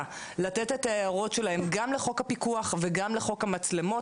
לתת את ההערות שלהם גם לחוק הפיקוח וגם לחוק המצלמות.